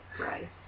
right